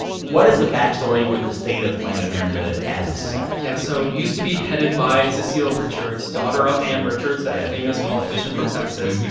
what is the backstory with the state of planned parenthood as this has happened? yeah. so it used to be headed by cecile richards, daughter of ann richards. yeah. that famous politician from texas.